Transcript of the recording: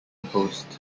post